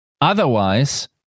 Otherwise